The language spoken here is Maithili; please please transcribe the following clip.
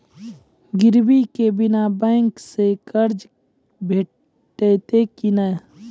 गिरवी के बिना बैंक सऽ कर्ज भेटतै की नै?